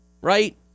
right